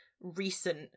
recent